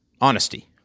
honesty